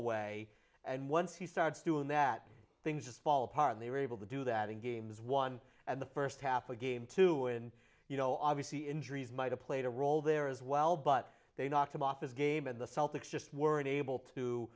away and once he starts doing that things just fall apart and they were able to do that in games one and the first half a game to win you know obviously injuries might a played a role there as well but they knocked him off his game and the celtics just weren't able to